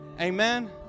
Amen